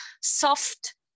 soft